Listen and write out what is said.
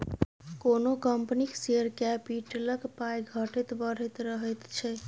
कोनो कंपनीक शेयर कैपिटलक पाइ घटैत बढ़ैत रहैत छै